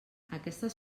aquestes